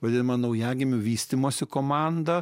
vadinamą naujagimių vystymosi komandą